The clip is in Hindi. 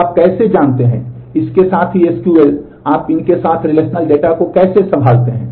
तो आप कैसे जानते हैं इसके साथ ही एसक्यूएल डेटा को कैसे संभालते हैं